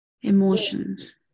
emotions